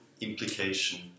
implication